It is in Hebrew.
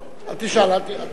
אל תשאל את היציע.